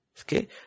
Okay